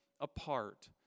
apart